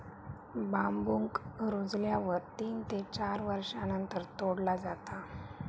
बांबुक रुजल्यावर तीन ते चार वर्षांनंतर तोडला जाता